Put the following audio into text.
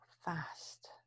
fast